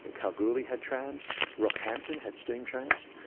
ah kalgoorlie had trams, rockhampton had steam trams.